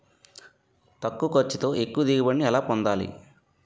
తక్కువ ఖర్చుతో ఎక్కువ దిగుబడి ని ఎలా పొందాలీ?